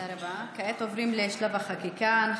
אנחנו עוברים לחקיקה.